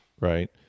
right